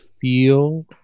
feel